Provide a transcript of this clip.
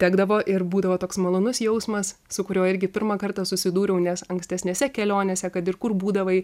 tekdavo ir būdavo toks malonus jausmas su kuriuo irgi pirmą kartą susidūriau nes ankstesnėse kelionėse kad ir kur būdavai